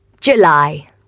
July